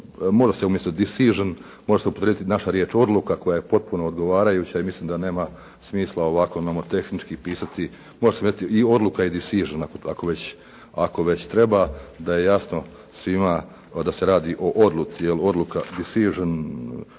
Može se umjesto decision može se upotrijebiti naša riječ odluka koja je potpuno odgovarajuća i mislim da nema smisla ovako nomotehnički pisati, može se staviti i odluka i decision, ako već treba da je jasno svima da se radi o odluci, o odluka, decision,